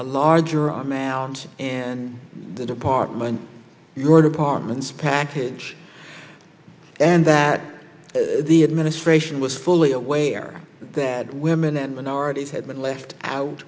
a larger amount and the department your departments package and that the administration was fully aware that women and minorities had been left out